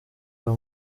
ayo